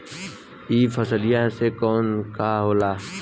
ई फसलिया से का होला?